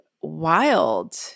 wild